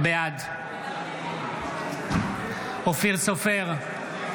בעד אופיר סופר,